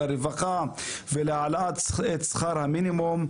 לרווחה ולהעלאת שכר המינימום,